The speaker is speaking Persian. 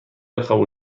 قبول